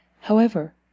However